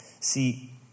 See